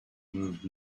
moved